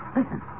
Listen